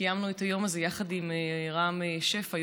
קיימנו את היום הזה יחד עם רם שפע,